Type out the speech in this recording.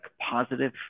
positive